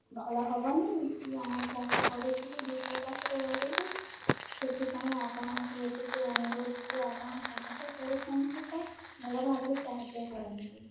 ଭଲ ହେବନି କି ଆମେ ଚାଷ କରିକି ବି ଭୋକ ଉପାସରେ ରହିବୁ ସେଥିପାଇଁ ଆପଣଙ୍କୁ ଏତିକି ଅନୁରୋଧ ଯେ ଆପଣ ସାହାଯ୍ୟ କରୁଛନ୍ତି ତ ଭଲ ଭାବରେ ସାହାଯ୍ୟ କରନ୍ତୁ